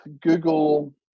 Google